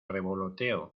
revoloteo